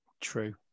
true